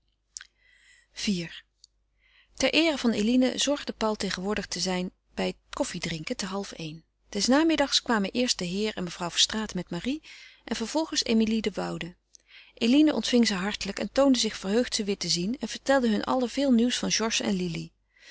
iv ter eere van eline zorgde paul tegenwoordig te zijn bij het koffiedrinken te half-een des namiddags kwamen eerst de heer en mevrouw verstraeten met marie en vervolgens emilie de woude eline ontving ze hartelijk en toonde zich verheugd ze weder te zien en vertelde hun allen veel nieuws van georges en lili